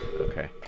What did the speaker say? Okay